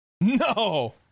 No